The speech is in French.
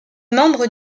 membre